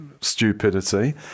stupidity